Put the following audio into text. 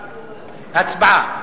29,